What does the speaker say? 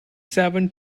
seven